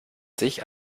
sich